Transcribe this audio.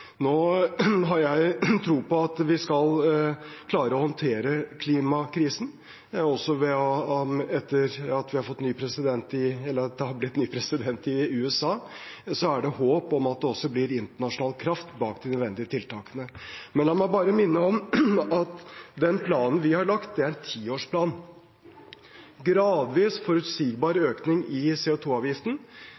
Jeg har tro på at vi skal klare å håndtere klimakrisen. Etter at man har fått ny president i USA, er det håp om at det også blir internasjonal kraft bak de nødvendige tiltakene. Men la meg minne om at den planen vi har lagt, er en tiårsplan: en gradvis, forutsigbar